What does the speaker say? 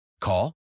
Call